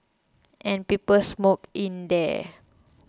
and people smoked in there